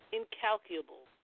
incalculable